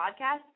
podcast